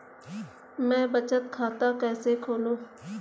मैं बचत खाता कैसे खोलूं?